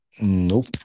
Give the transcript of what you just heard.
Nope